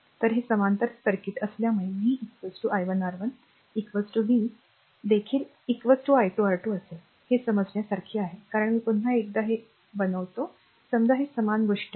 तर हे समांतर सर्किट असल्यामुळे v i1 R1 v देखील r i2 R2 असेल हे समजण्यासारखे आहे कारण मी पुन्हा एकदा ते बनवू समजा ही समान गोष्ट आहे